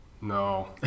No